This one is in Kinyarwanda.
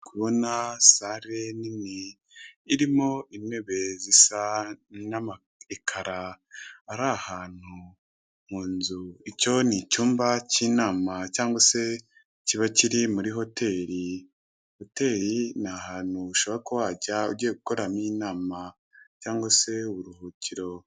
Ndikubona sare nini irimo intebe zisa n'amayekara arahantu mu nzu, icyo ni icyumba cy'inama cyangwa se kiba kiri muri hoteri. Hoteri ni ahantu ushobora kuba wajya ugiye gukoreramo inama cyangwa se uburuhukiro.